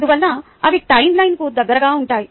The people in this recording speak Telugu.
అందువల్ల అవి టైమ్లైన్కు దగ్గరగా ఉన్నాయి